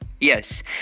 Yes